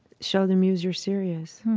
show the muse you are serious.